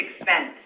expense